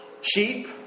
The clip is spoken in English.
Sheep